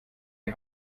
die